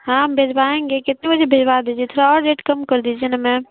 ہاں ہم بھجوائیں گے کتنے بجے بھجوا دیجیے تھوڑا اور ریٹ کم کر دیجیے نا میم